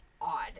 odd